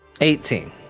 Eighteen